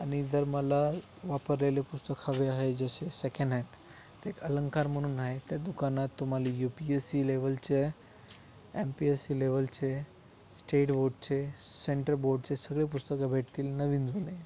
आणि जर मला वापरलेले पुस्तक हवे आहे जसे सेकंड हॅन्ड तर एक अलंकार म्हणून आहे त्या दुकानात तुम्हाले यू पी एस सी लेव्हलच्या एम पी एस सी लेव्हलचे स्टेट बोर्डचे सेंटर बोर्डचे सगळे पुस्तकं भेटतील नवीन जुने